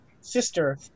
Sister